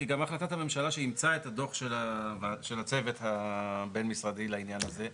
כי גם החלטת הממשלה שאימצה את הדוח של הצוות הבין משרדי לעניין הזה,